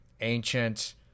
ancient